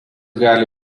gali